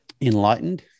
enlightened